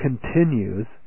continues